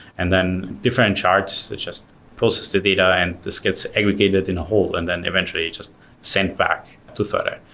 and then different charts, it just process the data and this gets aggregated in a whole and then eventually just sent back to thirdeye.